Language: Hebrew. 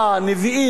נביאים,